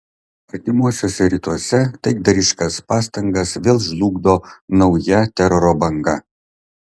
artimuosiuose rytuose taikdariškas pastangas vėl žlugdo nauja teroro banga